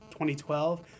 2012